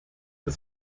was